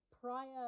prior